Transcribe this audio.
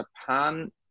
Japan